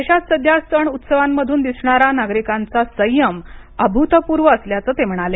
देशात सध्या सण उत्सवांमधून दिसणारा नागरिकांचा संयम अभूतपूर्व असल्याचं ते म्हणाले